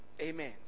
Amen